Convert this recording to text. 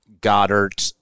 Goddard